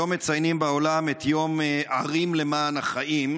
היום מציינים בעולם את יום ערים למען החיים,